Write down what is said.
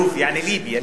לוב, יעני ליביה.